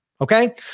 Okay